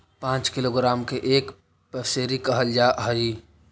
पांच किलोग्राम के एक पसेरी कहल जा हई